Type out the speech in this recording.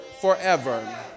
forever